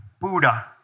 Buddha